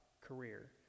career